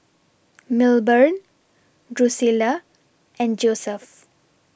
Milburn Drusilla and Josef